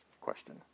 question